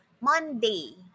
Monday